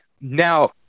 now